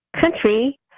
country